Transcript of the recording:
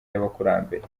y’abakurambere